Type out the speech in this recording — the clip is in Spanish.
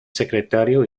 secretario